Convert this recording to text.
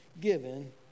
given